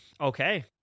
Okay